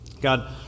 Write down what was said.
God